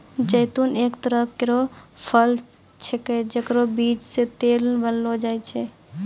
जैतून एक तरह केरो फल छिकै जेकरो बीज सें तेल बनैलो जाय छै